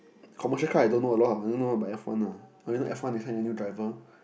commercial car I don't know a lot ah I don't know about F one lah I only F one they hired a new driver